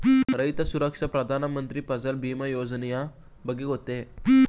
ರೈತ ಸುರಕ್ಷಾ ಪ್ರಧಾನ ಮಂತ್ರಿ ಫಸಲ್ ಭೀಮ ಯೋಜನೆಯ ಬಗ್ಗೆ ಗೊತ್ತೇ?